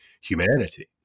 humanity